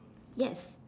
yes